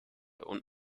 und